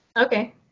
Okay